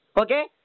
Okay